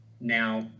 now